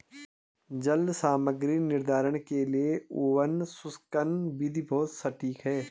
जल सामग्री निर्धारण के लिए ओवन शुष्कन विधि बहुत सटीक है